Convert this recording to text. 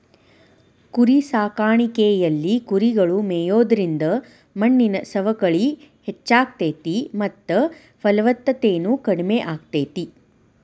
ಕುರಿಸಾಕಾಣಿಕೆಯಲ್ಲಿ ಕುರಿಗಳು ಮೇಯೋದ್ರಿಂದ ಮಣ್ಣಿನ ಸವಕಳಿ ಹೆಚ್ಚಾಗ್ತೇತಿ ಮತ್ತ ಫಲವತ್ತತೆನು ಕಡಿಮೆ ಆಗ್ತೇತಿ